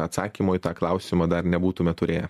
atsakymo į tą klausimą dar nebūtume turėję